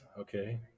okay